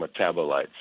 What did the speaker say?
metabolites